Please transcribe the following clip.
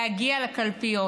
לקלפיות.